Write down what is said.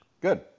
Good